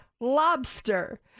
Lobster